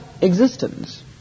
existence